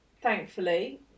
thankfully